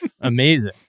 Amazing